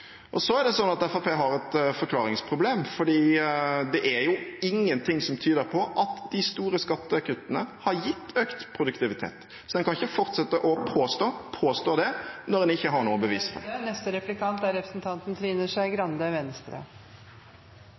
Så er det slik at Fremskrittspartiet har et forklaringsproblem, for det er jo ingenting som tyder på at de store skattekuttene har gitt økt produktivitet. Så en kan ikke fortsette å påstå det, når en ikke har noe bevis for det. Jeg skal være så grei med representanten